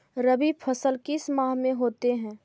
रवि फसल किस माह में होते हैं?